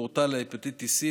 פורטל הפטיטיס C,